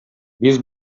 биз